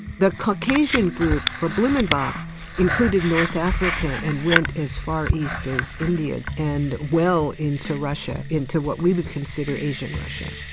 the caucasian group for blumenbach included north africa and went as far east as ind ia and well into russia, into what we would consider asian russia.